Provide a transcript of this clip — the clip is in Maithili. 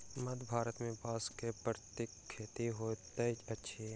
मध्य भारत में बांस के प्राकृतिक खेती होइत अछि